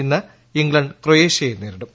ഇന്ന് ഇംഗ്ലണ്ട് ക്രൊയേഷ്യയെ നേരിടും